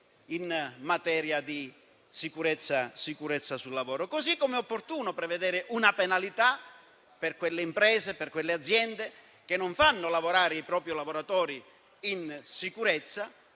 in materia di sicurezza sul lavoro. Allo stesso modo, è opportuno prevedere una penalità per le imprese e per le aziende che non fanno lavorare i propri lavoratori in sicurezza